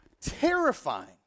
terrifying